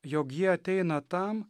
jog jie ateina tam